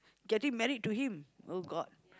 getting married to him oh-god